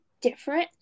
different